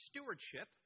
stewardship